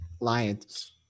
Lions